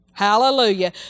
Hallelujah